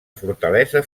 fortalesa